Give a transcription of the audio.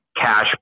cash